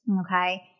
Okay